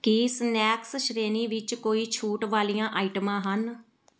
ਕੀ snacks ਸ਼੍ਰੇਣੀ ਵਿੱਚ ਕੋਈ ਛੂਟ ਵਾਲੀਆਂ ਆਈਟਮਾਂ ਹਨ